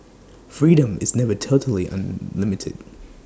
freedom is never totally unlimited